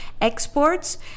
exports